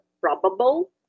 probable